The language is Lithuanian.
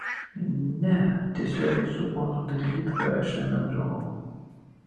ne tiesiogiai su ponu dailydka aš nebendravau